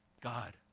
God